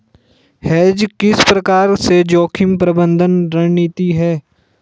Hedge किस प्रकार से जोखिम प्रबंधन रणनीति है?